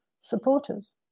supporters